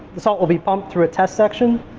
the salt will be pumped through a test section.